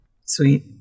Sweet